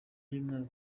y’umwaka